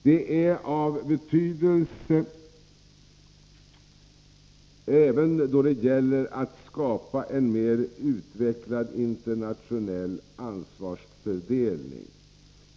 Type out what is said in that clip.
Detta är av betydelse även då det gäller att skapa en mer utvecklad internationell ansvarsfördelning.